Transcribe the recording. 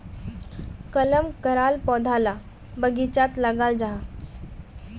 कलम कराल पौधा ला बगिचात लगाल जाहा